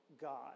God